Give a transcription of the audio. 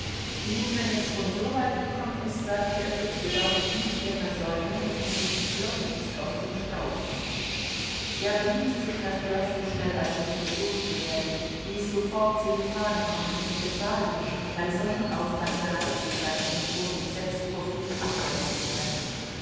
nun wenn es schon so weit gekommen ist sagte er sich so darf ich nicht länger säumen und muß mich schleunigst aus dem staube machen er bemühte sich nosdrjow so schnell als möglich loszuwerden ließ sofort sselifan kommen und befahl ihm bei sonnenaufgang bereit zu sein um schon um sechs uhr früh abreisen zu können